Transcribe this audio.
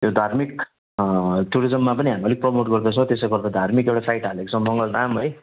यो धार्मिक टुरिज्ममा पनि हामी अलिक प्रमोट गर्दैछौँ त्यसो गर्दा धार्मिक एउटा साइट हालेको छौँ मङ्गलधाम है